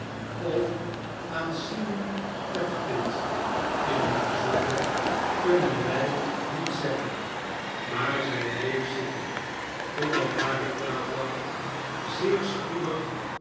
of aan simon tappertit in het bijzonder kunnen wij niet zeggen maar zij bleef zitten totdat hare aandacht zeer spoedig